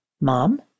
Mom